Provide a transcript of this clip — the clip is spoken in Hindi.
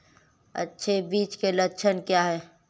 अच्छे बीज के लक्षण क्या हैं?